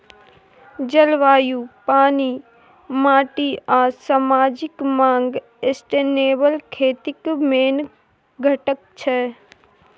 जलबायु, पानि, माटि आ समाजिक माँग सस्टेनेबल खेतीक मेन घटक छै